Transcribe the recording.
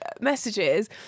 messages